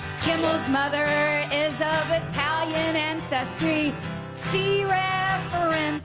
kimmel's mother is of italian ancestry see reference